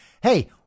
Hey